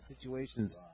situations